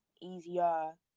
easier